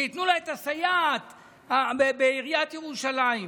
שייתנו לה את הסייעת בעיריית ירושלים.